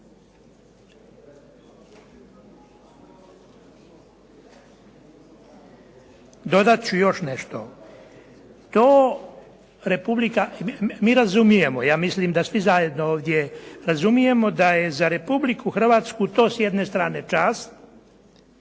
Dodat ču još nešto. Mi razumijemo, ja mislim da svi zajedno ovdje razumijemo da je za Republiku Hrvatsku to s jedne strane čast,